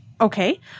Okay